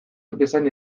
bezain